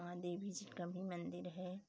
वहाँ देवी जी का भी मन्दिर है